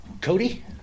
Cody